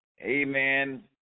Amen